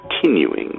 continuing